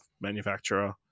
manufacturer